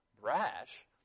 brash